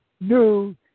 new